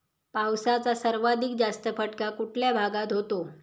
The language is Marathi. पावसाचा सर्वाधिक जास्त फटका कुठल्या भागात होतो?